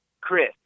Chris